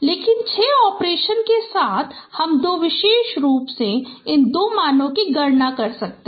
लेकिन 6 ऑपरेशन के साथ हम दो विशेष रूप से इन दो मानो की गणना कर सकते हैं